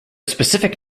specific